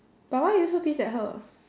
but why are you so pissed at her